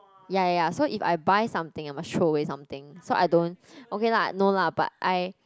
ya ya ya so if I buy something I must throw away something so I don't okay lah no lah but I